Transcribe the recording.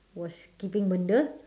was keeping benda